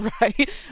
right